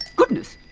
goodness!